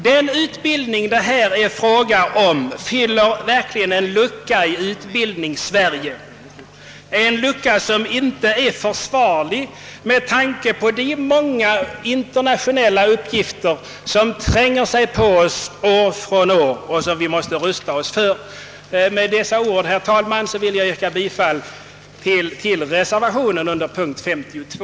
Den utbildning det här är fråga om fyller verkligen en lucka i Utbildningssverige, en lucka som inte är försvarlig med tanke på de många internationella uppgifter som tränger sig på oss år från år och som vi måste rusta oss för. Med dessa ord vill jag, herr talman, yrka bifall till reservationen E av herr Thorsten Larsson m.fl. vid punkten 52.